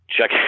check